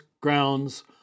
grounds